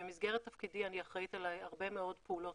במסגרת תפקידי אני אחראית על הרבה מאוד פעולות